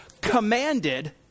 commanded